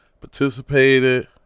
participated